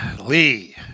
Lee